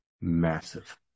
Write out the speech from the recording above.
massive